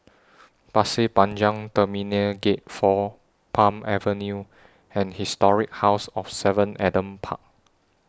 Pasir Panjang Terminal Gate four Palm Avenue and Historic House of seven Adam Park